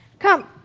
come.